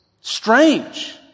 strange